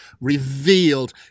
revealed